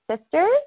sisters